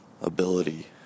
ability